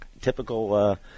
typical